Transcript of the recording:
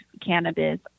cannabis